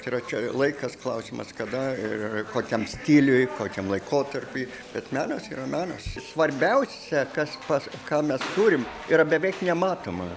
tai yra čia laikas klausimas kada ir kokiam stiliuj kokiam laikotarpy bet menas yra menas svarbiausia kas pas ką mes turim yra beveik nematoma